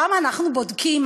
שם אנחנו בודקים.